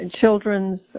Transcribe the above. children's